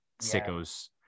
Sickos